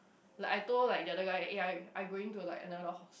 like I told like the other guy eh I I going to like another house